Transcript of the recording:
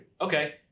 Okay